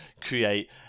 create